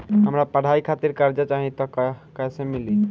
हमरा पढ़ाई खातिर कर्जा चाही त कैसे मिली?